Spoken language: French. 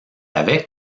avait